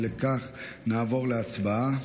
אי לכך, נעבור להצבעה.